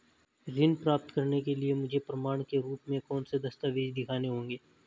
ऋण प्राप्त करने के लिए मुझे प्रमाण के रूप में कौन से दस्तावेज़ दिखाने होंगे?